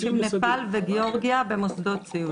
נפאל וגיאורגיה במוסדות סיעוד.